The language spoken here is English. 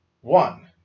One